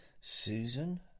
Susan